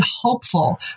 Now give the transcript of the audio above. hopeful